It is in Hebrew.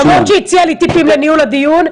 למרות שהיא הציעה לי טיפים לניהול הדיון.